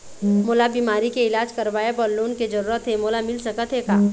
मोला बीमारी के इलाज करवाए बर लोन के जरूरत हे मोला मिल सकत हे का?